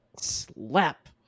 Slap